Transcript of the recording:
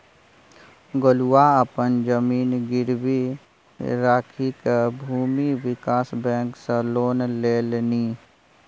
गोलुआ अपन जमीन गिरवी राखिकए भूमि विकास बैंक सँ लोन लेलनि